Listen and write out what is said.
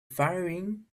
firing